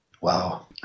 Wow